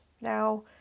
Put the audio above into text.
now